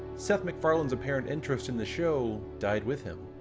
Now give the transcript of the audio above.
seth macfarlane's apparent interest in the show died with him.